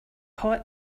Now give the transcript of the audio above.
hot